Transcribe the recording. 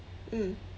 mm